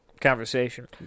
conversation